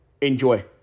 Enjoy